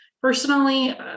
Personally